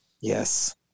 Yes